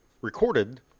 recorded